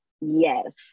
Yes